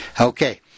Okay